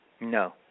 No